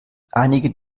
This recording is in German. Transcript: einige